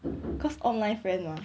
cause online friend mah